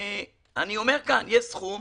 יש סכום,